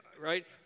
Right